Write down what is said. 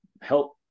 help